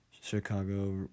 Chicago